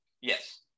yes